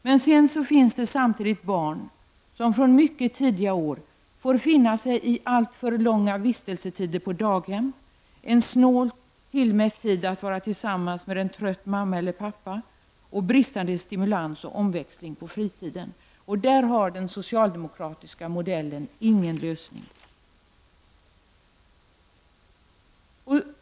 Samtidigt finns det barn som från mycket tidiga år får finna sig i alltför långa vistelser på daghem, en snålt tillmätt tid att vara tillsammans med en trött mamma eller pappa samt bristande stimulans och omväxling på fritiden. Där har den socialdemokratiska modellen ingen lösning.